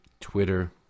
Twitter